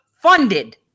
funded